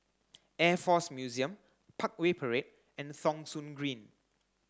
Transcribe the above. Air Force Museum Parkway Parade and Thong Soon Green